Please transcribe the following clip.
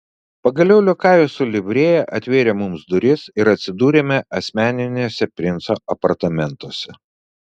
pagaliau liokajus su livrėja atvėrė mums duris ir atsidūrėme asmeniniuose princo apartamentuose